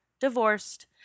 divorced